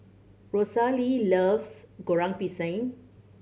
Rosalee loves Goreng Pisang